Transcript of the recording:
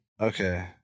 okay